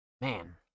man